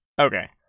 Okay